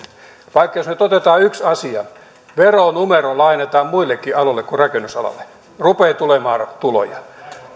esimerkin jos nyt otetaan yksi asia eli veronumero lainataan muillekin aloille kuin rakennusalalle rupeaa tulemaan tuloja